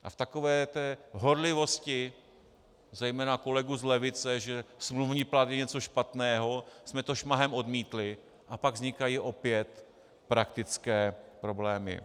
A v takové té horlivosti zejména kolegů z levice, že smluvní plat je něco špatného, jsme to šmahem odmítli, a pak vznikají opět praktické problémy.